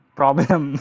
problem